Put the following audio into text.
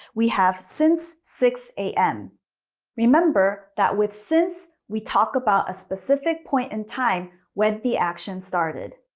we have since six a m remember that with since, we talked about a specific point in time when the action started.